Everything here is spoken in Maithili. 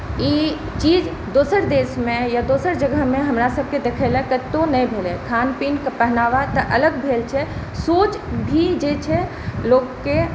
ई चीज दोसर देशमे या दोसर जगहमे हमरा सभकेँ देखै लए कतहुँ नहि भेलै खान पियनि पहिनावा तऽ अलग भेल छै सोच भी जे छै लोककेँ